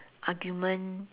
argument